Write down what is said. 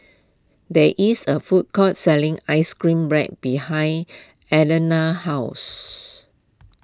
there is a food court selling Ice Cream Bread behind Alanna's house